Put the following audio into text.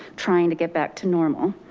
trying to get back to normal.